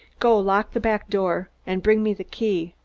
go lock the back door, and bring me the key,